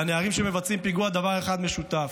לנערים שמבצעים פיגוע דבר אחד משותף: